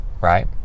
right